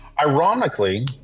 Ironically